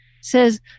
says